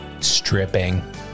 stripping